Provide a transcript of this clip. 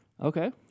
Okay